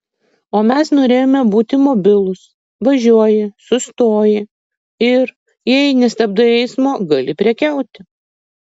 o mes norėjome būti mobilūs važiuoji sustoji ir jei nestabdai eismo gali prekiauti